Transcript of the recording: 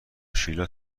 شیلا